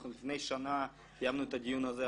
אנחנו לפני שנה קיימנו את הדיון הזה.